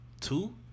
Two